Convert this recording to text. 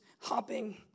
hopping